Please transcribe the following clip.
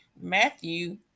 Matthew